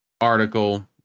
article